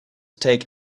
take